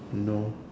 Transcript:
no